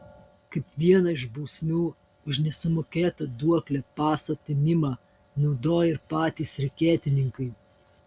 kaip vieną iš bausmių už nesumokėtą duoklę paso atėmimą naudoja ir patys reketininkai